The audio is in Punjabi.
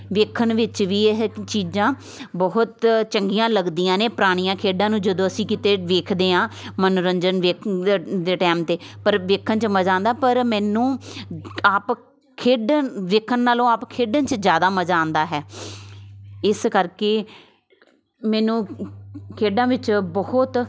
ਵੇਖਣ ਵਿੱਚ ਵੀ ਇਹ ਚੀਜ਼ਾਂ ਬਹੁਤ ਚੰਗੀਆਂ ਲੱਗਦੀਆਂ ਨੇ ਪੁਰਾਣੀਆਂ ਖੇਡਾਂ ਨੂੰ ਜਦੋਂ ਅਸੀਂ ਕਿਤੇ ਵੇਖਦੇ ਹਾਂ ਮੰਨੋਰੰਜਨ ਦੇ ਟਾਈਮ 'ਤੇ ਪਰ ਵੇਖਣ 'ਚ ਮਜ਼ਾ ਆਉਂਦਾ ਪਰ ਮੈਨੂੰ ਆਪ ਖੇਡਣ ਵੇਖਣ ਨਾਲੋਂ ਆਪ ਖੇਡਣ 'ਚ ਜ਼ਿਆਦਾ ਮਜ਼ਾ ਆਉਂਦਾ ਹੈ ਇਸ ਕਰਕੇ ਮੈਨੂੰ ਖੇਡਾਂ ਵਿੱਚ ਬਹੁਤ